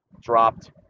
dropped